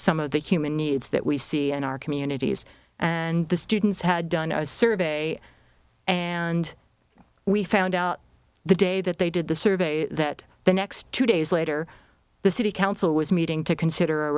some of the human needs that we see and our communities and the students had done a survey and we found out the day that they did the survey that the next two days later the city council was meeting to consider a